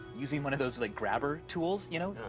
using one of those, like, grabber tools, you know,